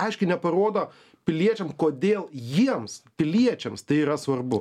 aiškiai neparodo piliečiam kodėl jiems piliečiams tai yra svarbu